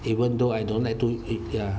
even though I don't like to use it ya